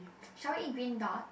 shall we eat Green-Dot